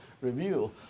review